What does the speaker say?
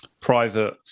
private